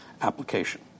application